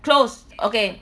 close okay